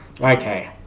Okay